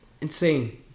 insane